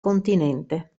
continente